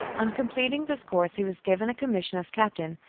on completing this course he was given a commission as captain,